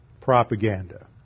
propaganda